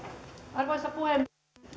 arvoisa puhemies